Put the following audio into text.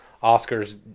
Oscar's